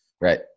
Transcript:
Right